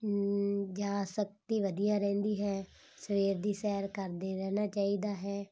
ਯਾਦਸ਼ਕਤੀ ਵਧੀਆ ਰਹਿੰਦੀ ਹੈ ਸਵੇਰ ਦੀ ਸੈਰ ਕਰਦੇ ਰਹਿਣਾ ਚਾਹੀਦਾ ਹੈ